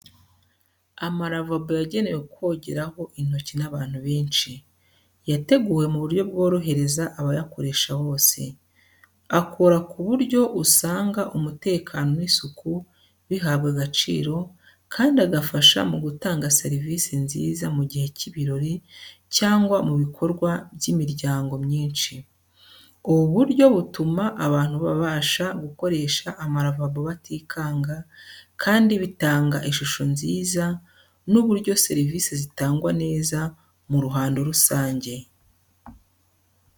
Amaravabo yagenewe kogeraho intoki n’abantu benshi. Yateguwe mu buryo bworohereza abayakoresha bose. Akora ku buryo usanga umutekano n’isuku bihabwa agaciro, kandi agafasha mu gutanga serivisi nziza mu gihe cy’ibirori cyangwa mu bikorwa by’imiryango myinshi. Ubu buryo butuma abantu babasha gukoresha amaravabo batikanga, kandi bitanga ishusho nziza y’uburyo serivisi zitangwa neza mu ruhando rusange.